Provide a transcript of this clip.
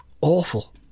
awful